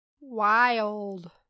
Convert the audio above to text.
Wild